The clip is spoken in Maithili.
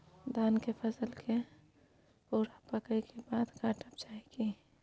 धान के फसल के पूरा पकै के बाद काटब चाही की?